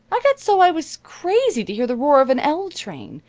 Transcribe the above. i got so i was crazy to hear the roar of an l train,